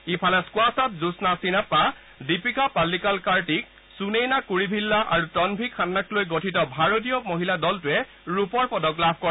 ইফালে স্কোৱাছত জোম্না ছিনাপ্পা দীপিকা পাল্নিকাল কাৰ্তিক সুনেইনা কুৰিভিল্লা আৰু তনভী খান্নাক লৈ গঠিত ভাৰতীয় মহিলা দলটোৱে ৰূপৰ পদক লাভ কৰে